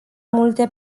multe